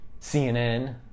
CNN